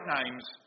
names